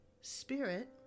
Spirit